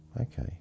okay